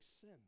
sin